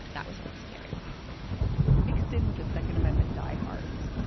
that was what was scary mixed in with the second amendment diehards.